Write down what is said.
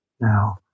now